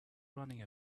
running